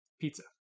Pizza